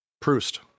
Proust